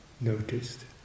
noticed